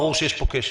ברור שיש פה כשל.